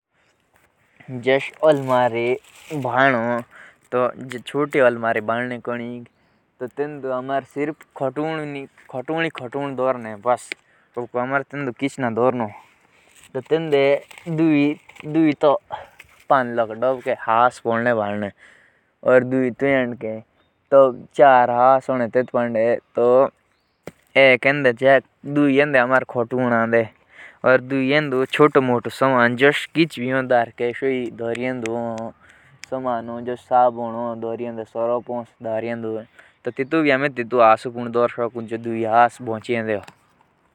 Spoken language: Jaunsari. जोष अल्मारे भनौ तो जे नेडारे अल्मारे बन्ने तो तेतु बन्नक आमे चार हस के बन साको। तेतु बन्नक कम लकड़ी लगड़ी।